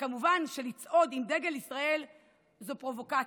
וכמובן שלצעוד עם דגל ישראל זו פרובוקציה,